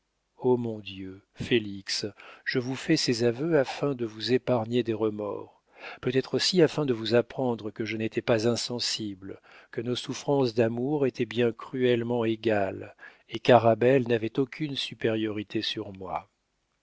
o mon dieu félix je vous fais ces aveux afin de vous épargner des remords peut-être aussi afin de vous apprendre que je n'étais pas insensible que nos souffrances d'amour étaient bien cruellement égales et qu'arabelle n'avait aucune supériorité sur moi